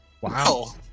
Wow